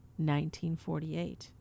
1948